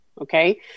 Okay